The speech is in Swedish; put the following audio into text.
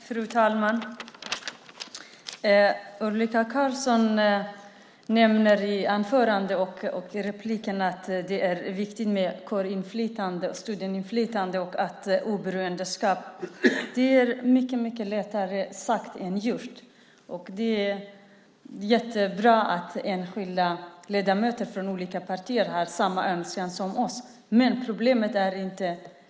Fru talman! Ulrika Carlsson nämner i anförandet och replikerna att det är viktigt med studentinflytande och oberoende. Det är mycket lättare sagt än gjort. Det är jättebra att enskilda ledamöter från olika partier har samma önskan som vi.